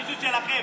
מישהו שלכם.